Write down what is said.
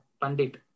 Pandit